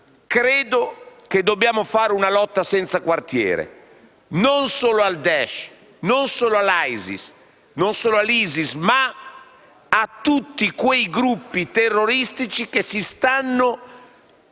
credo che dobbiamo fare una lotta senza quartiere non solo al Daesh, non solo all'ISIS, ma a tutti quei gruppi terroristici che si stanno